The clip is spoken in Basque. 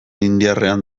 indiarrean